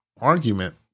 argument